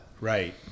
right